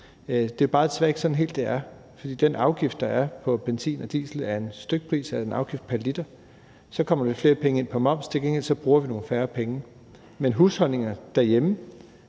desværre bare ikke helt sådan, det er, for den afgift, der er på benzin og diesel, er en stykpris af en afgift pr. liter. Så kommer der flere penge ind i moms, men til gengæld bruger vi færre penge. Men husholdningerne oplever